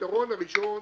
הפתרון הראשון